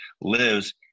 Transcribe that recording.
lives